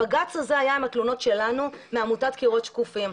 הבג"ץ הזה היה עם התלונות שלנו מעמותת קירות שקופים.